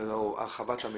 הרחבת המידע,